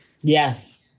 Yes